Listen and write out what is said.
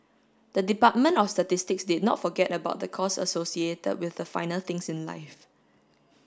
the Department of Statistics did not forget about the costs associated with the finer things in life